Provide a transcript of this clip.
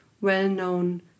well-known